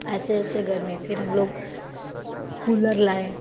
ऐसे ऐसे गर्मी फिर हम लोग कूलर लाए